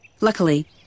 luckily